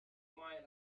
might